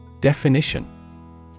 Definition